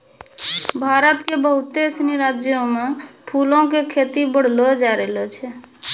भारत के बहुते सिनी राज्यो मे फूलो के खेती बढ़लो जाय रहलो छै